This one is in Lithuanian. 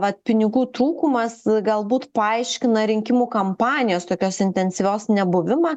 vat pinigų trūkumas galbūt paaiškina rinkimų kampanijos tokios intensyvios nebuvimą